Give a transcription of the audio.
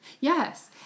Yes